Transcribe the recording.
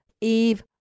Eve